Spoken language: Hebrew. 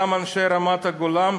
גם אנשי רמת-הגולן,